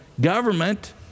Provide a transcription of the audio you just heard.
government